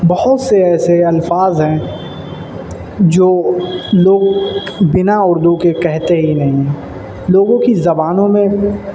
بہت سے ایسے الفاظ ہیں جو لوگ بنا اردو کے کہتے ہی نہیں لوگوں کی زبانوں میں